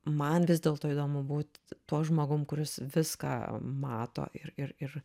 man vis dėlto įdomu būt tuo žmogumi kuris viską mato ir ir ir